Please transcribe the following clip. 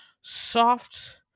soft